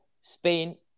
Spain